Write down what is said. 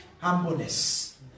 Humbleness